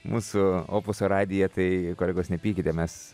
mūsų opuso radiją tai kolegos nepykite mes